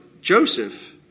Joseph